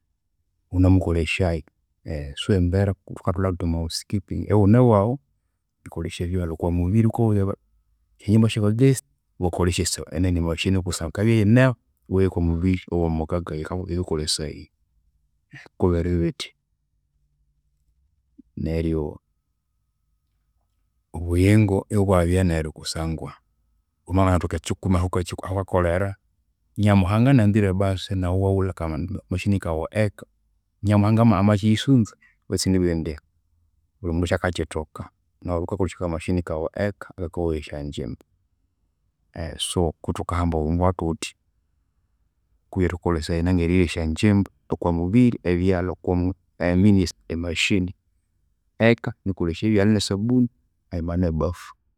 Ighunamukolesyayu, so embera kuthukathwalha yathuthya omwa house keeping. Ighune ewaghu iwakolesya ebyalha, okwamubiri ghukoya esyanjimba syaba guest, iwakolesya enani emachine kusangwa yikabya iyinehu, iweyayu okwamubiri oghomugaga eyikakukolesaya. Kubiribithya. Neryo obuyingo ibwabya neru kusangwa wamabya wangithoka ekyikumi ahaghukakolera, nyamuhanga ananzire basi naghu iwaghulha aka- machine kaghu eka. Nyamuhanga amakyiyisunza betu sindibugha indi, bulimundu wosi akakyithoka. Naghu iwabyaghukakolesya aka- machine kaghu eka akakoghaya esyanjimba. So kuthukahamba obuyingo bwathuthya kwihi erikolesya enanga eryoya esyanjimba. Okwamubiri ebyalha, i mean emachine, eka nikolesya ebyalha nesabuni, hayima nebafu.